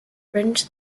fringe